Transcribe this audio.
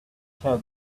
tear